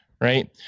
right